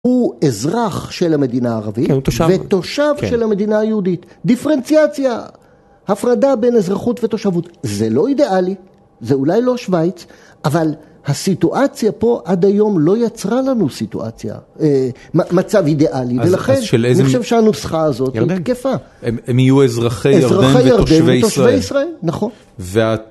הוא אזרח של המדינה הערבית, ותושב של המדינה היהודית. דיפרנציאציה, הפרדה בין אזרחות ותושבות, זה לא אידיאלי, זה אולי לא שווייץ, אבל הסיטואציה פה עד היום לא יצרה לנו סיטואציה, מצב אידיאלי, ולכן אני חושב שהנוסחה הזאת היא תקפה. הם יהיו אזרחי ירדן ותושבי ישראל, נכון.